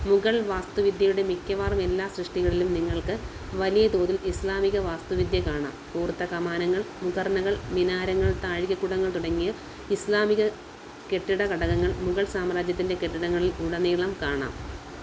മുഗൾ വാസ്തുവിദ്യയുടെ മിക്കവാറും എല്ലാ സൃഷ്ടികളിലും നിങ്ങൾക്ക് വലിയ തോതിൽ ഇസ്ലാമിക വാസ്തുവിദ്യ കാണാം കൂർത്ത കമാനങ്ങൾ മുഖർനകൾ മിനാരങ്ങൾ താഴികക്കുടങ്ങൾ തുടങ്ങിയ ഇസ്ലാമിക കെട്ടിട ഘടകങ്ങൾ മുഗൾ സാമ്രാജ്യത്തിന്റെ കെട്ടിടങ്ങളിൽ ഉടനീളം കാണാം